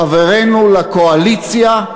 חברינו לקואליציה,